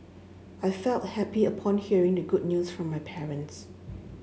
I felt happy upon hearing the good news from my parents